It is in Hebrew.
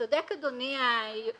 צודק אדוני היושב-ראש,